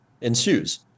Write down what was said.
ensues